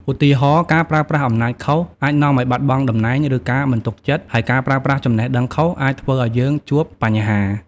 ឧទាហរណ៍៖ ការប្រើប្រាស់អំណាចខុស អាចនាំឲ្យបាត់បង់តំណែង ឬការមិនទុកចិត្ត ហើយការប្រើប្រាស់ចំណេះដឹងខុស អាចធ្វើឲ្យយើងជួបបញ្ហា។